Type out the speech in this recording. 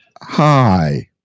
Hi